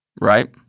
right